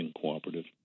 Cooperative